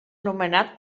nomenat